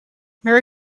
merry